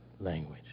language